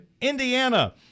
Indiana